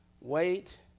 wait